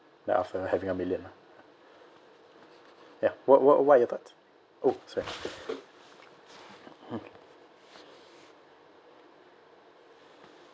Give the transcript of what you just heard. like after having a million lah ya what what what are your thoughts !oh! sorry